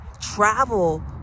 travel